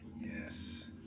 Yes